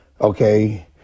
okay